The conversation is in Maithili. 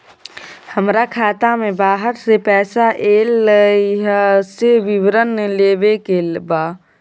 हमरा खाता में बाहर से पैसा ऐल है, से विवरण लेबे के बा?